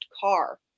car